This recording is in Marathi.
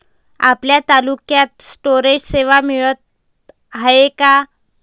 आपल्या तालुक्यात स्टोरेज सेवा मिळत हाये का?